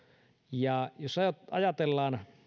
ja jos ajatellaan